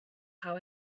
how